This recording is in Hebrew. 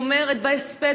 היא אומרת בהספד,